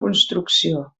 construcció